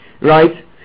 Right